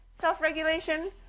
self-regulation